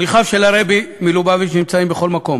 שליחיו של הרבי מלובביץ' נמצאים בכל מקום